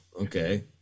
Okay